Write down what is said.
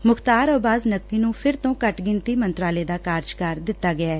ਮੁਖ਼ਤਾਰ ਅਬਾਸ ਨੱਕਵੀ ਨੂੰ ਫਿਰ ਤੋਂ ਘੱਟ ਗਿਣਤੀ ਮੰਤਰਾਲੇ ਦਾ ਕਾਰਜਕਾਰ ਦਿੱਤਾ ਗੈ